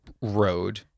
road